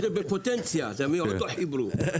זה בפוטנציה כי עוד לא חיברו.